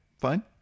fine